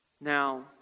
Now